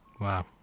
Wow